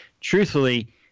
truthfully